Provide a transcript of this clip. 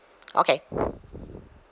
okay